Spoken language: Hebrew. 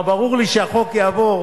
למה ברור לי שהחוק יעבור,